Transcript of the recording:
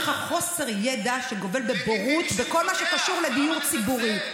אתה מבין בדיור הציבורי,